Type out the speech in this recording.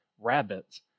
rabbits